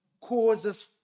causes